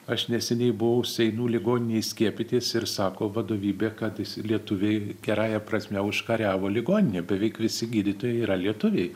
aš neseniai buvau seinų ligoninėj skiepytis ir sako vadovybė kad lietuviai gerąja prasme užkariavo ligoninę beveik visi gydytojai yra lietuviai